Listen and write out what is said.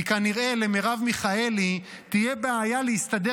כי כנראה למרב מיכאלי תהיה בעיה להסתדר